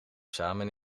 samen